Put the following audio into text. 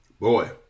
boy